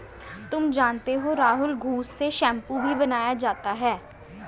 तुम जानते हो राहुल घुस से शैंपू भी बनाया जाता हैं